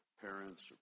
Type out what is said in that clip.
parents